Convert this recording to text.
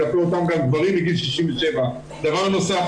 כלפי אותם גברים מגיל 67. דבר נוסף,